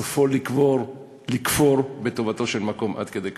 סופו לכפור בטובתו של מקום, עד כדי כך.